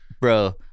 Bro